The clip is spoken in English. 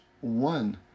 one